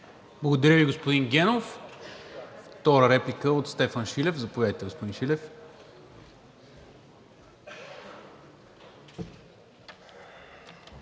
Благодаря Ви, господин Генов. Втора реплика от Стефан Шилев. Заповядайте, господин Шилев.